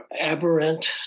aberrant